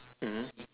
mmhmm